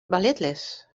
balletles